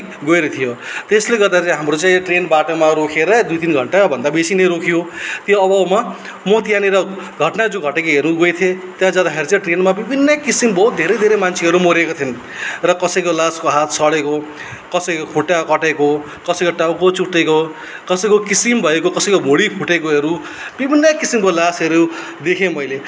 गइरहेको थियो त्यसले गर्दाखेरि हाम्रो चाहिँ ट्रेन बाटोमा रोकेर दुई तिन घन्टाभन्दा बेसी नै रोक्यो त्यो अभावमा म त्यहाँनिर घटना जो घटेको हेर्नु गोएको थिएँ त्यहाँ जाँदाखेरि चाहिँ ट्रेनमा विभिन्न किसिमको धेरै धेरै मान्छेहरू मरेको थिएँ र कसैको लासको हात सडेको कसैको खुट्टा कटेको कसैको टाउको चुट्टेको कसैको किसिम भएको कसैको भुँडी फुटेकोहरू विभिन्न किसिमको लासहरू देखेँ मैले